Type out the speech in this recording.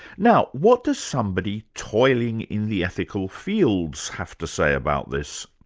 now what does somebody toiling in the ethical fields have to say about this?